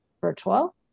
virtual